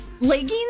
leggings